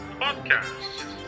podcast